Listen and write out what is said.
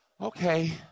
okay